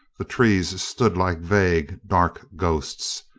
the trees stood like vague, dark ghosts.